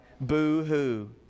boo-hoo